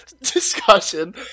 discussion